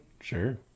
Sure